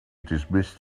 dismissed